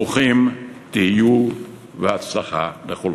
ברוכים תהיו, ובהצלחה לכולכם.